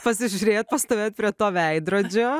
pasižiūrėjot pastovėjot prie to veidrodžio